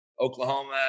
Oklahoma